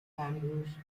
andrews